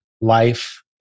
life